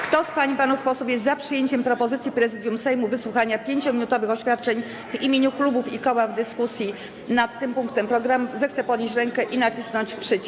Kto z pań i panów posłów jest za przyjęciem propozycji Prezydium Sejmu wysłuchania 5-minutowych oświadczeń w imieniu klubów i koła w dyskusji nad tym punktem obrad, zechce podnieść rękę i nacisnąć przycisk.